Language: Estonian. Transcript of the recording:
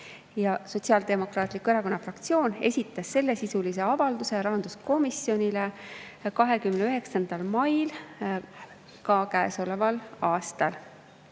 Sotsiaaldemokraatliku Erakonna fraktsioon esitas sellesisulise avalduse rahanduskomisjonile 29. mail käesoleval aastal. Ester